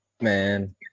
man